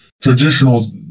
traditional